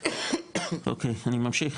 אוקי אני ממשיך.